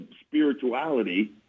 spirituality